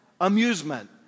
Amusement